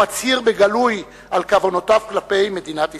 והוא מצהיר בגלוי על כוונותיו כלפי מדינת ישראל.